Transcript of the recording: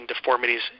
deformities